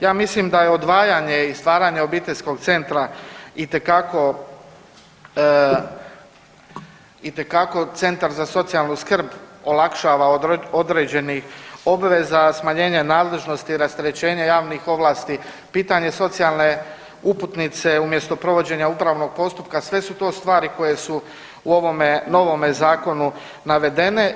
Ja mislim da je odvajanje i stvaranje obiteljskog centra itekako Centar za socijalnu skrb olakšava određenih obveza, smanjenje nadležnosti, rasterećenje javnih ovlasti, pitanje socijalne uputnice umjesto provođenja upravnog postupka sve su to stvari koje su u ovome novome zakonu navedene.